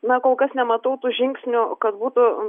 na kol kas nematau tų žingsnių kad būtų